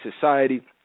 society